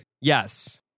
Yes